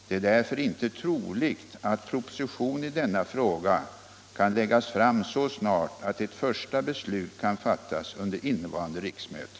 Det är därför inte troligt att proposition i denna fråga kan läggas fram så snart att ett första beslut kan fattas under innevarande riksmöte.